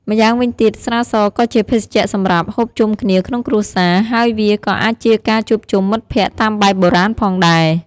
ម្យ៉ាងវិញទៀត ស្រាសក៏ជាភេសជ្ជៈសម្រាប់ ហូបជុំគ្នាក្នុងគ្រួសារ ហើយវាក៏អាចជាការជួបជុំមិត្តភក្តិតាមបែបបុរាណផងដែរ។